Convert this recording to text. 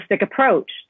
approach